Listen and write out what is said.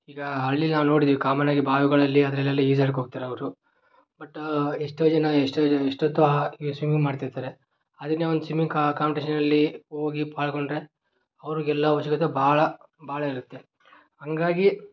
ಈಗ ಹಳ್ಳಿಲಿ ನಾವು ನೋಡಿದ್ದೀವಿ ಕಾಮನಾಗಿ ಬಾವಿಗಳಲ್ಲಿ ಅದರಲ್ಲೆಲ್ಲ ಈಜಾಡೋಕೆ ಹೋಗ್ತಾರವ್ರು ಬಟ್ ಎಷ್ಟೋ ಜನ ಎಷ್ಟೋ ಜ ಎಷ್ಟೊತ್ತು ಈಗ ಸ್ವಿಮ್ಮಿಂಗ್ ಮಾಡ್ತಿರ್ತಾರೆ ಅದನ್ನೇ ಒಂದು ಸ್ವಿಮ್ಮಿಂಗ್ ಕಾಮ್ಟೇಷನಲ್ಲಿ ಹೋಗಿ ಪಾಲ್ಗೊಂಡ್ರೆ ಅವರಿಗೆ ಎಲ್ಲ ಅವಶ್ಯಕತೆ ಬಹಳ ಬಹಳ ಇರುತ್ತೆ ಹಂಗಾಗಿ